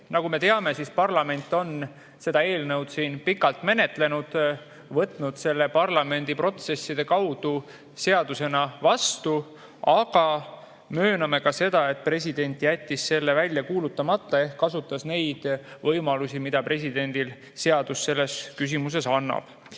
Nagu me teame, parlament on seda eelnõu siin pikalt menetlenud, võtnud selle parlamendiprotsesside kaudu seadusena vastu, aga mööname ka seda, et president jättis selle välja kuulutamata ehk kasutas neid võimalusi, mida seadus selles küsimuses